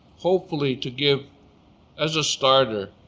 hopefully to give as a starter,